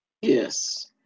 Yes